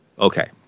Okay